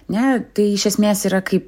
ne tai iš esmės yra kaip